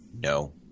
No